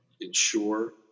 ensure